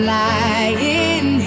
lying